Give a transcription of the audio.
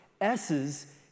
S's